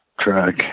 track